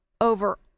over